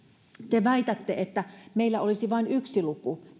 te väitätte että meillä olisi vain yksi luku